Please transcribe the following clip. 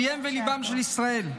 אביהם וליבם של ישראל,